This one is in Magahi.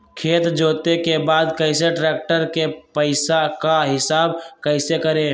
खेत जोते के बाद कैसे ट्रैक्टर के पैसा का हिसाब कैसे करें?